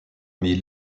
mil